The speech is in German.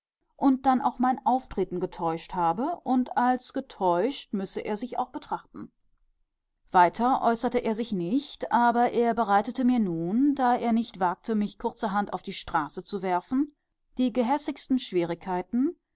und dann auch mein auftreten getäuscht habe und als getäuscht müsse er sich auch betrachten weiter äußerte er sich nicht aber er bereitete mir nun da er nicht wagte mich kurzerhand auf die straße zu werfen die gehässigsten schwierigkeiten